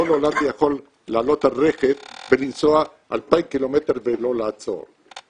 כל הולנדי יכול לעלות על רכב ולנסוע 2,000 קילומטר ולא לעצור,